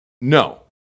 No